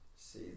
see